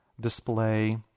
display